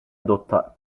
adotta